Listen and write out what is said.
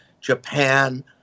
japan